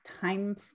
time